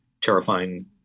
terrifying